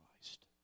Christ